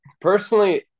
personally